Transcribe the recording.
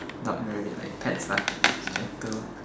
dog rabbit like pets lah settle